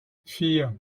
vier